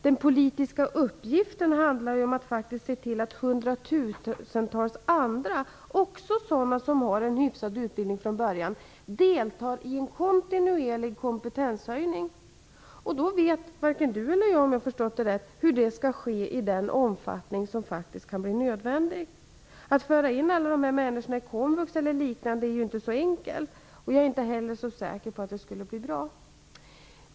Den politiska uppgiften är att se till att hundratusentals andra - också sådana som har en hyftad utbildning från början - deltar i en kontinuerlig kompetenshöjning. Såvitt jag förstår, vet varken utbildningsministern eller jag hur det skall kunna ske i den omfattning som faktiskt kan bli nödvändig. Att föra in alla dessa människor i Komvux eller någon liknande utbildning är ju inte så enkelt. Jag är inte heller så säker på att det skulle bli bra.